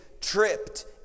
tripped